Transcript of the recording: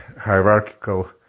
hierarchical